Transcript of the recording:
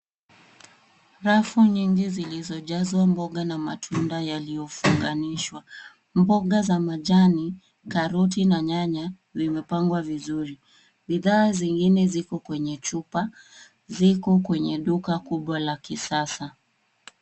Rafu nyingi zilizojazwa mboga na matunda yaliyofunganishwa. Mboga za majani, karoti na nyanya vimepangwa vizuri. Bidhaa zingine ziko kwenye chupa. Ziko kwenye duka kubwa la kisasa.